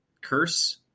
Curse